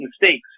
mistakes